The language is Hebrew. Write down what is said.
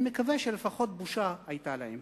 אני מקווה שלפחות בושה היתה להם.